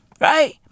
right